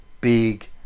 big